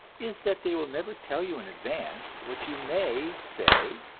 is that they will never tell you in advance what you may say,